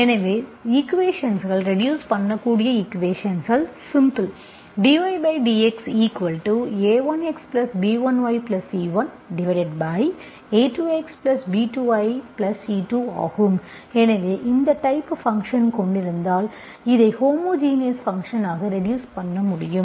எனவே ஈக்குவேஷன்ஸ்கள் ரெடியூஸ் பண்ணக்கூடிய ஈக்குவேஷன்ஸ்கள் சிம்பிள் dydxa1xb1yC1a2xb2yC2 ஆகும் எனவே இந்த டைப்பு ஃபங்க்ஷன் கொண்டிருந்தால் இதை ஹோமோஜினஸ் ஃபங்க்ஷன் ஆக ரெடியூஸ் பண்ண முடியும்